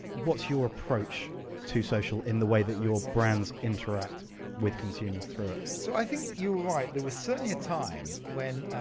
what's your approach to social in the way that your brands interact with consumers through it? so i think you're right, there was certainly a time when